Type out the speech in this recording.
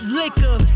liquor